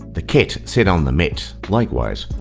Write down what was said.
the cat sat on the mat. likewise,